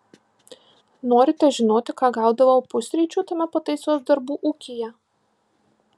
norite žinoti ką gaudavau pusryčių tame pataisos darbų ūkyje